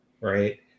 right